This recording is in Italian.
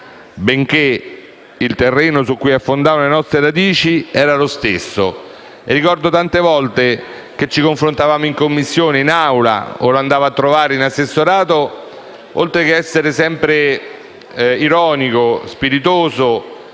benché il terreno su cui affondavano le nostre radici fosse lo stesso. Ricordo le tante volte che ci confrontavamo in Commissione o in Assemblea o le mie visite in assessorato. Oltre a essere sempre ironico e spiritoso,